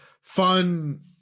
fun